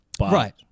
Right